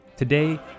Today